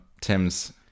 Tim's